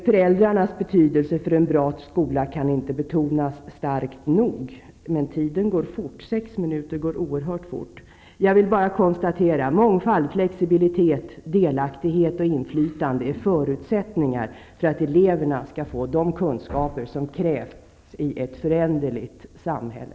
Föräldrarnas betydelse för en bra skola kan inte betonas starkt nog. Därtill vill jag bara konstatera att mångfald, flexibilitet, delaktighet och inflytande är förutsättningar för att eleverna skall få de kunskaper som krävs i ett föränderligt samhälle.